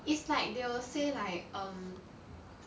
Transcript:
it's like they will say like um